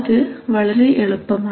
അത് വളരെ എളുപ്പമാണ്